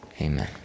Amen